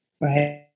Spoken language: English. Right